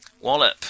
Wallop